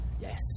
Yes